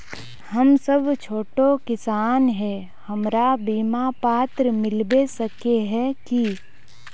हम सब छोटो किसान है हमरा बिमा पात्र मिलबे सके है की?